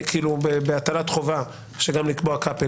בהטלת חובה גם לקבוע קאפ עליון,